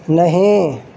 نہیں